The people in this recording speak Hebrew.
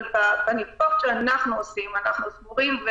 אבל בניתוח שאנחנו עושים אנחנו סבורים,